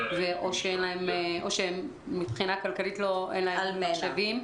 או שמבחינה כלכלית אין להם מחשבים,